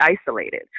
isolated